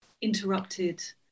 interrupted